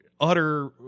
utter